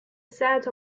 set